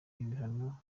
ibihano